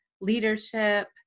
leadership